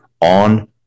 on